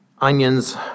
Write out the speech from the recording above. onions